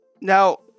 Now